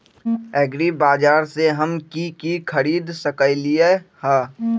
एग्रीबाजार से हम की की खरीद सकलियै ह?